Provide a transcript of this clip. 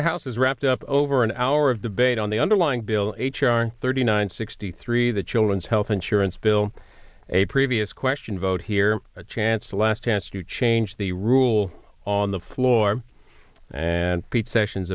house is wrapped up over an hour of debate on the underlying bill h r thirty nine sixty three the children's health insurance bill a previous question vote here a chance last chance to change the rule on the floor and pete sessions